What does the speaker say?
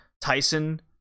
tyson